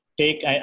take